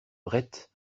bret